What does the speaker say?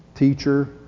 teacher